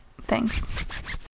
Thanks